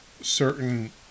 certain